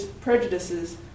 prejudices